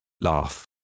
laugh